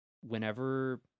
whenever